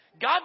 God